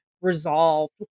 resolved